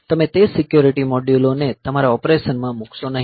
તમે તે સિક્યોરિટી મોડ્યુલોને તમારા ઓપરેશન માં મૂકશો નહીં